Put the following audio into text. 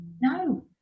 No